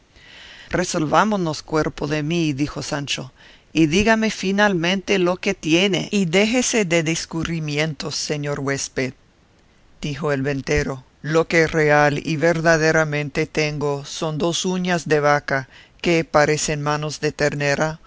gallinas resolvámonos cuerpo de mí dijo sancho y dígame finalmente lo que tiene y déjese de discurrimientos señor huésped dijo el ventero lo que real y verdaderamente tengo son dos uñas de vaca que parecen manos de ternera